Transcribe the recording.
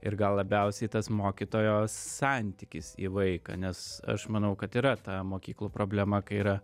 ir gal labiausiai tas mokytojos santykis į vaiką nes aš manau kad yra ta mokyklų problema kai yra